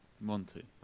Monty